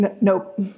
Nope